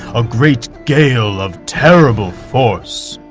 a great gale of terrible force.